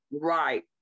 Right